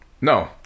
No